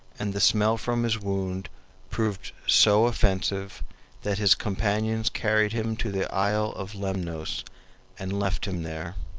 and the smell from his wound proved so offensive that his companions carried him to the isle of lemnos and left him there.